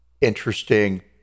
interesting